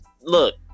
look